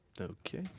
Okay